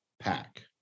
Pack